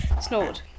Snored